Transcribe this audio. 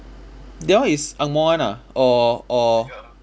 that one is angmoh one ah or or